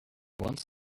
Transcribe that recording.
wants